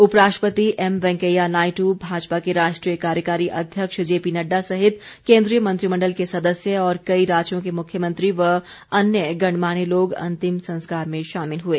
उपराष्ट्रपति एम वेंकैया नायड भाजपा के राष्ट्रीय कार्यकारी अध्यक्ष जेपी नड़डा सहित केन्द्रीय मंत्रिमण्डल के सदस्य और कई राज्यों के मुख्यमंत्री व अन्य गणमान्य लोग अंतिम संस्कार में शामिल हुए